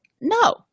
No